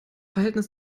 verhältnis